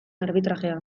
arbitrajea